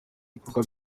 bikorwa